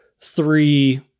three